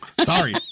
sorry